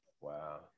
Wow